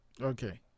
Okay